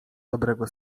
dobrego